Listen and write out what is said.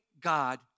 God